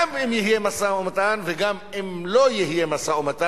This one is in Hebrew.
גם אם יהיה משא-ומתן וגם אם לא יהיה משא-ומתן.